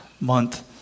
month